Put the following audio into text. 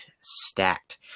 stacked